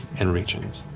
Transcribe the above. and reaches.